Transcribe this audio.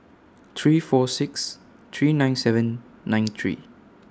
three four six three nine seven nine three